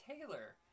Taylor